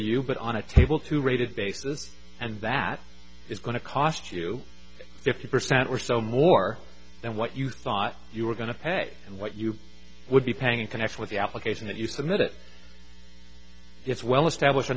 you but on a table to rated basis and that is going to cost you fifty percent or so more than what you thought you were going to pay and what you would be paying in connection with the application that you submit it it's well established